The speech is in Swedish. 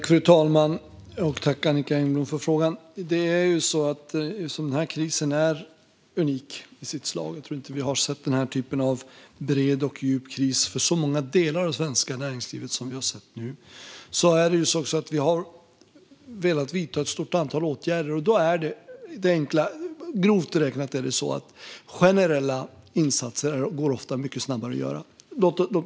Fru talman! Tack för frågan, Annicka Engblom! Eftersom den här krisen är unik i sitt slag - jag tror inte att vi har sett den typ av bred och djup kris för så många delar av det svenska näringslivet som vi gör nu - har vi velat vidta ett stort antal åtgärder. Grovt räknat är det så att generella insatser ofta går mycket snabbare att göra.